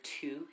Two